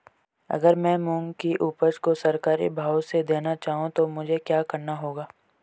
अगर मैं मूंग की उपज को सरकारी भाव से देना चाहूँ तो मुझे क्या करना होगा?